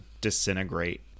disintegrate